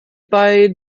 bei